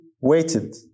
waited